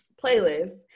playlists